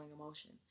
emotion